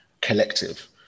collective